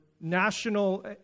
national